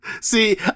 See